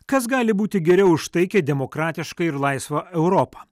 kas gali būti geriau už taikią demokratišką ir laisvą europą